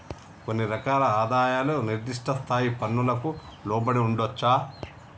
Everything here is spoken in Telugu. ఇన్ని రకాల ఆదాయాలు నిర్దిష్ట స్థాయి పన్నులకు లోబడి ఉండొచ్చా